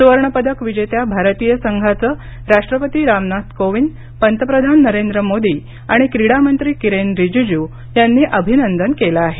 सुवर्णपदक विजेत्या भारतीय संघाचं राष्ट्रपती रामनाथ कोविंद पंतप्रधान नरेंद्र मोदी क्रीडामंत्री किरेन रिजिजू यांनीही या खेळाडूंचं अभिनंदन केलं आहे